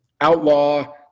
outlaw